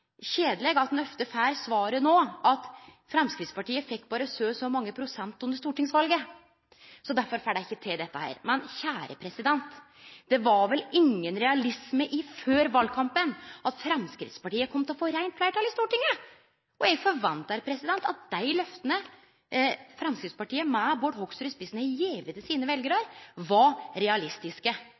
kjedeleg at ein ofte no får det svaret at Framstegspartiet berre fekk så og så mange prosent under stortingsvalet, så derfor får dei ikkje til dette. Men før valkampen var det vel ingen realisme i at Framstegspartiet kom til å få reint fleirtal i Stortinget? Eg forventar at dei løfta Framstegspartiet med Bård Hoksrud i spissen har gjeve veljarane sine, var realistiske.